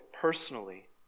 personally